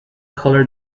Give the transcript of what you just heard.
color